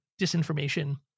disinformation